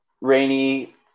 rainy